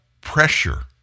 pressure